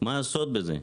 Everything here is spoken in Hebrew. מה הסוד בזה?